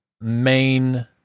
main